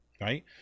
right